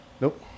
Nope